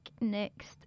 next